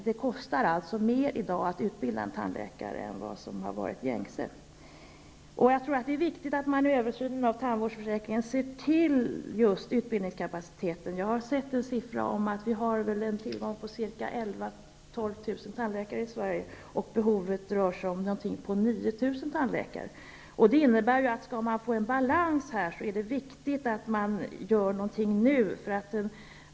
Det kostar alltså mer i dag att utbilda en tandläkare än vad som har varit gängse. Jag tror att det är viktigt att man vid översynen av tandvårdsförsäkringen ser till just utbildningskapaciteten. Jag har sett en siffra om att vi har tillgång till 11 000 à 12 000 tandläkare i Sverige och att behovet rör sig om någonting på 9 000. Det innebär att om man skall få en balans är det viktigt att göra någonting nu.